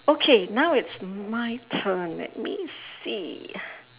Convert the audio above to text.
okay now it's my turn let me see